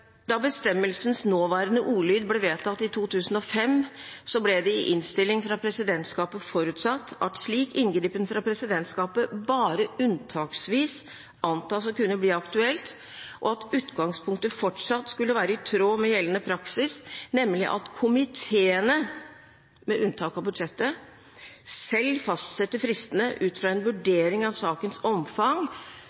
Da bestemmelsens nåværende ordlyd ble vedtatt i 2005, ble det i innstilling fra presidentskapet forutsatt at slik inngripen fra presidentskapet bare unntaksvis antas å kunne bli aktuelt, og at utgangspunktet fortsatt skulle være i tråd med gjeldende praksis, nemlig at komiteene – med unntak av budsjettet – selv fastsetter fristene ut fra en